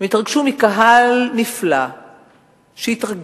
הם התרגשו מקהל נפלא שהתרגש,